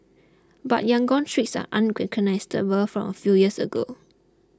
but Yangon's streets are unrecognisable from a few years ago